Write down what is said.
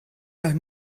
nach